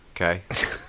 Okay